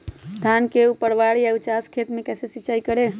धान के ऊपरवार या उचास खेत मे कैसे सिंचाई करें?